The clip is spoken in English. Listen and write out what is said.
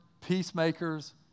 peacemakers